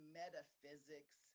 metaphysics